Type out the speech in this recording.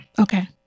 Okay